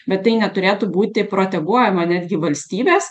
bet tai neturėtų būti proteguojama netgi valstybės